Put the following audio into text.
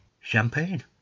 champagne